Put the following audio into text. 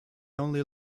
only